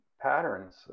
patterns